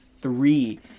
three